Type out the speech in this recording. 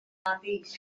αδελφή